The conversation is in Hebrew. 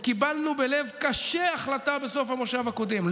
וקיבלנו בלב קשה הסכמה בסוף המושב הקודם,